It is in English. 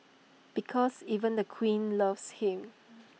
because even the queen loves him